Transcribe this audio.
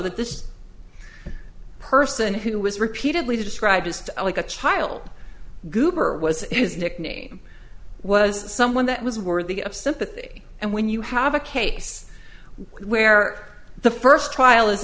that this person who was repeatedly described just like a child goober was his nickname was someone that was worthy of sympathy and when you have a case where the first trial is